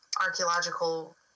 archaeological